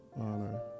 honor